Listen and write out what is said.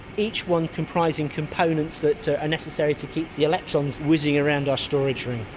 each one comprising components that so are necessary to keep the electrons whizzing around our storage room.